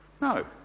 no